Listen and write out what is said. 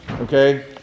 Okay